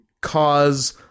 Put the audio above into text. cause